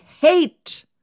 hate